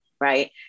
right